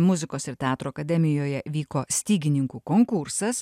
muzikos ir teatro akademijoje vyko stygininkų konkursas